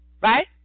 right